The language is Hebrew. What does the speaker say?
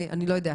אני לא יודעת,